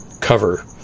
cover